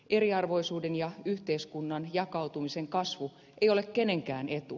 eriarvoisuuden ja yhteiskunnan jakautumisen kasvu ei ole kenenkään etu